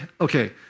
okay